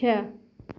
छः